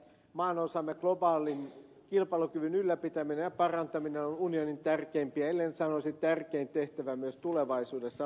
maanosamme globaalin kilpailukyvyn ylläpitäminen ja parantaminen on unionin tärkeimpiä ellen sanoisi tärkein tehtävä myös tulevaisuudessa